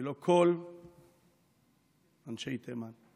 ולא כל אנשי תימן.